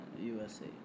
USA